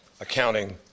accounting